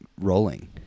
rolling